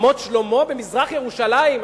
רמת-שלמה במזרח-ירושלים,